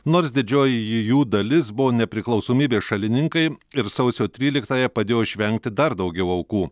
nors didžioji ji jų dalis buvo nepriklausomybės šalininkai ir sausio tryliktąją padėjo išvengti dar daugiau aukų